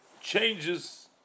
changes